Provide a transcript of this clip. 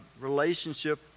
relationship